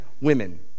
women